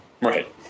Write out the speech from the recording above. Right